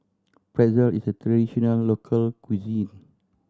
pretzel is a traditional local cuisine